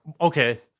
Okay